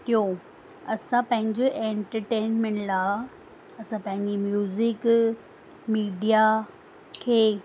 टियो असां पंहिंजो एंटरटेंटमेंट लाइ असां पंहिंजे म्यूजिक मीडिया खे